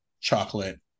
chocolate